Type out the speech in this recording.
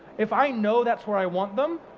if i know that's where i want them,